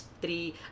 three